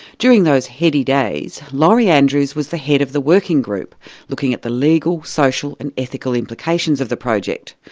during those heady days, days, lori andrews was the head of the working group looking at the legal, social and ethical implications of the project,